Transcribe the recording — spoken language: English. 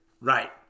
Right